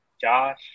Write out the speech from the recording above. Josh